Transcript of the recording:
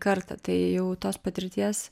kartą tai jau tos patirties